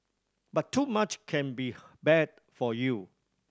but too much can be bad for you